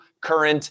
current